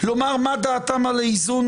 אני לא מבין מה הקשר להסכמה שלי כאן בסיפור הזה.